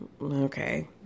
Okay